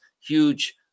huge